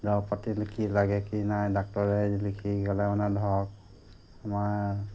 দৰৱ পাতি কি লাগে কি নাই ডাক্তৰে লিখি গ'লে মানে ধৰক আমাৰ